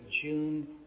June